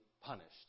punished